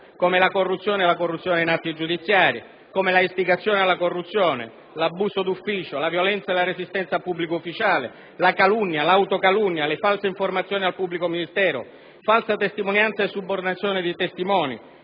la corruzione e la corruzione in atti giudiziari, l'istigazione alla corruzione, l'abuso d'ufficio, la violenza e la resistenza a pubblico ufficiale, la calunnia e l'autocalunnia, le false informazioni al pubblico ministero, la falsa testimonianza e la subornazione di testimoni,